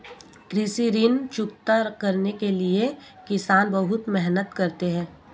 कृषि ऋण चुकता करने के लिए किसान बहुत मेहनत करते हैं